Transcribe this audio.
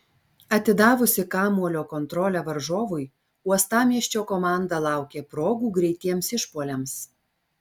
atidavusi kamuolio kontrolę varžovui uostamiesčio komanda laukė progų greitiems išpuoliams